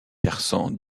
persan